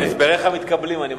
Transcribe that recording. אני מניח שהסבריך מתקבלים.